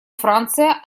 франция